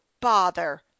bother